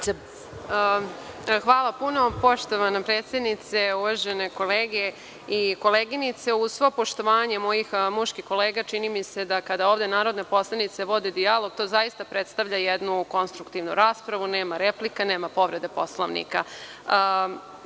Hvala. Poštovana predsednice, uvažene kolege i koleginice, uz svo poštovanje mojih muških kolega, čini mi se da kada ovde narodne poslanice vode dijalog to zaista predstavlja jednu konstruktivnu raspravu, nema replika, nema povrede Poslovnika. Mislim